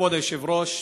כבוד היושב-ראש,